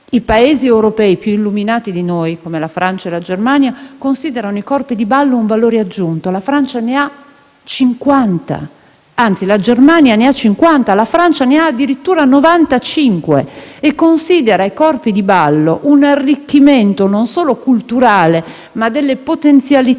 i Paesi europei più illuminati di noi, come la Francia e la Germania, considerano i corpi di ballo un valore aggiunto? La Germania ha 50 corpi di ballo e la Francia addirittura 95 e considera i corpi di ballo un arricchimento, non solo culturale ma anche delle potenzialità